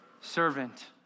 servant